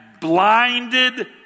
blinded